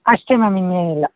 ಅಷ್ಟೇ ಮ್ಯಾಮ್ ಇನ್ನೇನಿಲ್ಲ